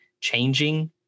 changing